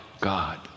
God